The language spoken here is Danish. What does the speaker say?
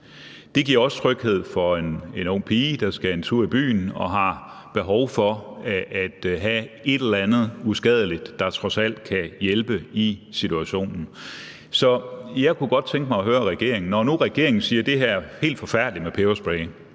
Det giver også tryghed for en ung pige, der skal en tur i byen og har behov for at have et eller andet uskadeligt, der trods alt kan hjælpe i situationen. Så jeg kunne godt tænke mig at høre regeringen om noget. Når nu regeringen siger, at det her med peberspray